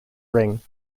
ring